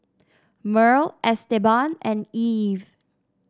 Merl Esteban and Eve